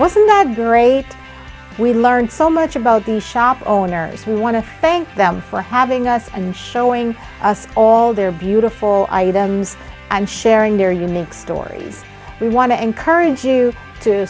wasn't that great we learned so much about the shop owners who want to thank them for having us and showing us all their beautiful items and sharing their unique stories we want to encourage you to